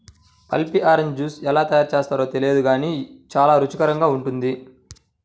pulpy orange juice ఎలా తయారు చేస్తారో తెలియదు గానీ చాలా రుచికరంగా ఉంటుంది